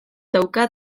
dauka